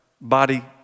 body